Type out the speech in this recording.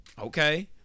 Okay